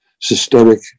systemic